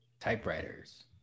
Typewriters